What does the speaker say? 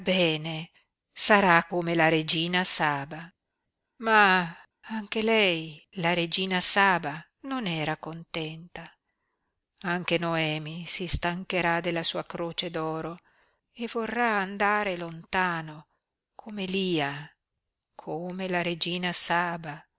bene sarà come la regina saba ma anche lei la regina saba non era contenta anche noemi si stancherà della sua croce d'oro e vorrà andare lontano come lia come la regina saba